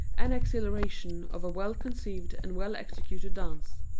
and exhilaration of a well conceived and well executed dance.